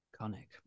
Conic